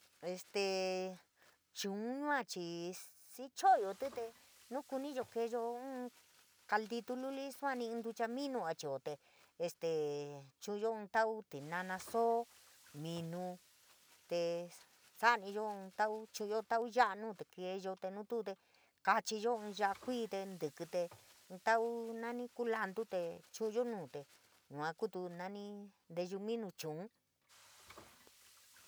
Este chuun yua chii sicho’otí te, nukuniyo keeyo ínn caítitu luli suani inn nduchaminu a chio te, este chu’uyo inn tauu tinana sóó, minuu tee, xa’aniyo ínn tauu, chu’uyo tauu ya’a nuu te keeyo, nuu tuu te kachiyo inn ya’a kuii te, ntíkí te, tauu nani culantu te chu’uyo nu te yuaa kuutu nani nteyu minu chuun.